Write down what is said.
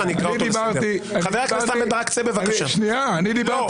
לאחר מכן חברי הוועדה הנוכחים